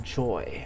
joy